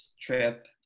trip